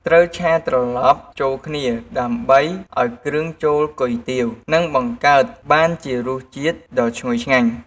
ត្រូវឆា ត្រឡប់ចូលគ្នាដើម្បីឱ្យគ្រឿងចូលគុយទាវនិងបង្កើតបានជារសជាតិដ៏ឈ្ងុយឆ្ងាញ់។